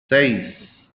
seis